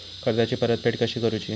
कर्जाची परतफेड कशी करुची?